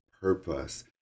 purpose